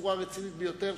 בצורה רצינית ביותר,